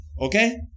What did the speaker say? Okay